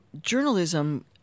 journalism